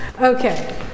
okay